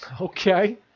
Okay